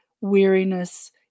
weariness